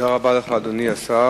תודה רבה לך, אדוני השר.